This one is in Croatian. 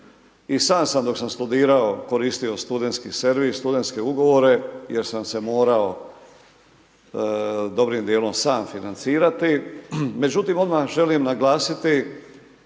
I sam sam dok sam studirao, koristio studentski servis, studentske ugovore jer sam se moramo dobrim djelom sam financirati međutim odmah želim naglasiti,